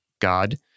God